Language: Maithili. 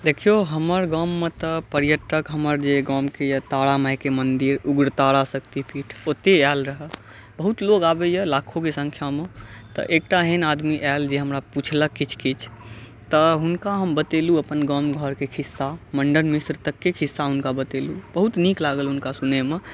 देखियौ हमर गाममे तऽ पर्यटक हमर जे गामके यऽ तारा माइके मन्दिर उग्रतारा शक्तिपीठ ओतय आयल रहय बहुत लोग आबैया लाखों के संख्या मे तऽ एकटा एहन आदमी आयल जे हमरा पुछलक किछु किछु तऽ हुनका हम बतेलहुॅं अपन गाम घरके खिस्सा मंडन मिश्र तकके खिस्सा हुनका बतेलहुॅं बहुत नीक लागल हुनका सुनै मे